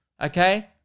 okay